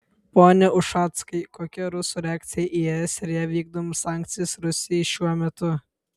pone ušackai kokia rusų reakcija į es ir jav vykdomas sankcijas rusijai šiuo metu